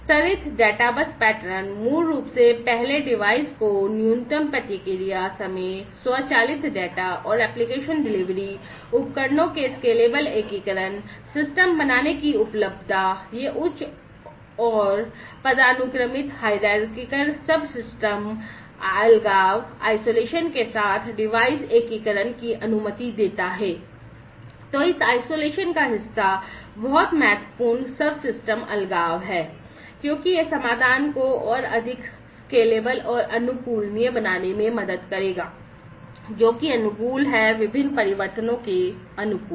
स्तरित databus pattern मूल रूप से पहले डिवाइस को न्यूनतम प्रतिक्रिया समय स्वचालित डेटा और एप्लिकेशन डिलीवरी उपकरणों के स्केलेबल एकीकरण सिस्टम बनाने की उपलब्धता यह उच्च और पदानुक्रमित का हिस्सा बहुत महत्वपूर्ण सबसिस्टम अलगाव है क्योंकि यह समाधान को और अधिक स्केलेबल और अनुकूलनीय बनाने में मदद करेगा जो कि अनुकूल है विभिन्न परिवर्तनों के अनुकूल